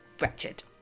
wretched